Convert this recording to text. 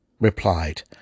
replied